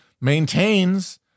maintains